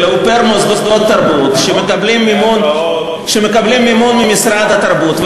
אלא הוא פר-מוסדות תרבות שמקבלים מימון ממשרד התרבות.